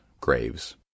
Graves